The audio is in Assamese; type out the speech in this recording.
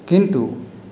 কিন্তু